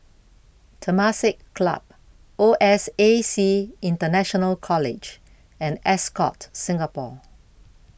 Temasek Club O S A C International College and Ascott Singapore